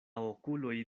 okuloj